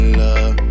love